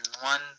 One